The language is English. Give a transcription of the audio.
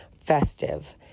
festive